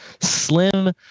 slim